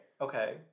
Okay